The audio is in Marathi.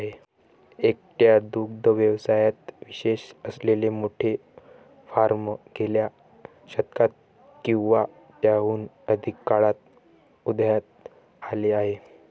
एकट्या दुग्ध व्यवसायात विशेष असलेले मोठे फार्म गेल्या शतकात किंवा त्याहून अधिक काळात उदयास आले आहेत